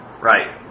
Right